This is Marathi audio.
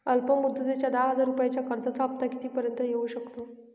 अल्प मुदतीच्या दहा हजार रुपयांच्या कर्जाचा हफ्ता किती पर्यंत येवू शकतो?